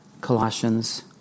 Colossians